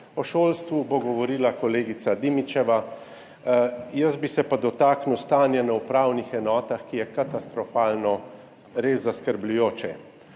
O šolstvu bo govorila kolegica Dimičeva, jaz bi se pa dotaknil stanja na upravnih enotah, ki je katastrofalno, res zaskrbljujoče.